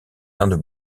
indes